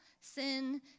Sin